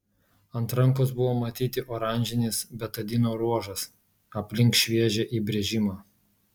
ant rankos buvo matyti oranžinis betadino ruožas aplink šviežią įbrėžimą